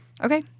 Okay